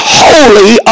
holy